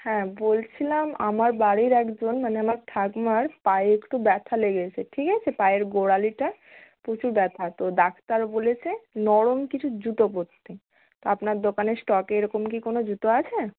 হ্যাঁ বলছিলাম আমার বাড়ির একজন মানে আমার ঠাকুমার পায়ে একটু ব্যথা লেগেছে ঠিক আছে পায়ের গোড়ালিটা প্রচুর ব্যথা তো ডাক্তার বলেছে নরম কিছু জুতো পরতে তো আপনার দোকানের স্টকে এরকম কি কোনো জুতো আছে